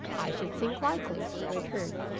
i should think likely i returned,